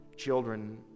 children